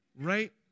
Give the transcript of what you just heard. right